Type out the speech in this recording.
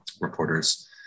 reporters